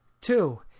Two